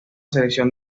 selección